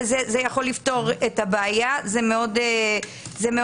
זה יכול לפתור את הבעיה וזה מאוד חשוב.